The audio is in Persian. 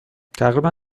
تقریبا